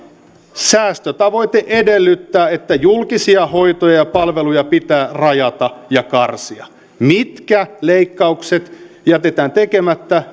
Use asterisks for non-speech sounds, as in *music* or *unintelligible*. säästötavoite edellyttää että julkisia hoitoja ja palveluja pitää rajata ja karsia mitkä leikkaukset jätetään tekemättä *unintelligible*